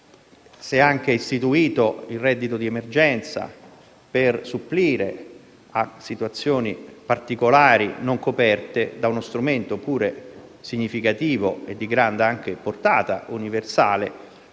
è anche istituito il reddito di emergenza, per supplire a situazioni particolari, non coperte da uno strumento pure significativo e di grande portata universale,